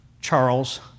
Charles